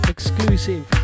Exclusive